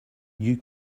you